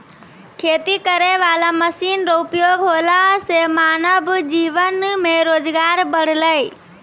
खेती करै वाला मशीन रो उपयोग होला से मानब जीवन मे रोजगार बड़लै